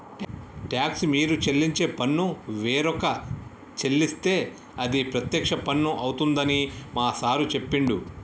talks మీరు చెల్లించే పన్ను వేరొక చెల్లిస్తే అది ప్రత్యక్ష పన్ను అవుతుందని మా సారు చెప్పిండు